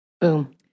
Boom